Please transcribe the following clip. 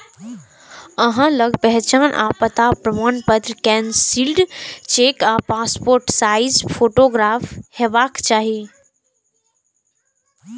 अहां लग पहचान आ पता प्रमाणपत्र, कैंसिल्ड चेक आ पासपोर्ट साइज फोटोग्राफ हेबाक चाही